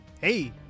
Hey